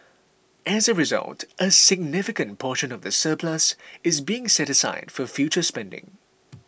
as a result a significant portion of the surplus is being set aside for future spending